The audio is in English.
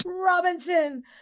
Robinson